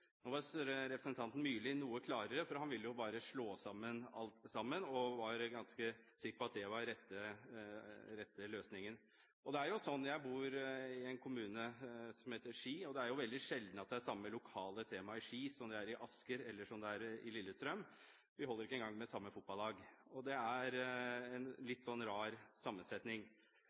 var representanten Myrli noe klarere, for han ville bare slå sammen alt, og var ganske sikker på at det var den rette løsningen. Jeg bor i en kommune som heter Ski. Det er veldig sjelden at det lokale temaet i Ski er det samme som det er i Asker eller i Lillestrøm. Vi holder ikke engang med samme fotballag. Det er en litt rar sammensetning.